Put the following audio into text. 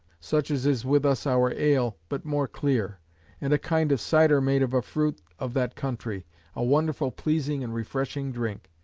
such as is with us our ale, but more clear and a kind of cider made of a fruit of that country a wonderful pleasing and refreshing drink.